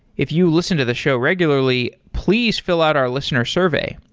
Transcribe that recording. if you listen to the show regularly, please fill out our listener survey.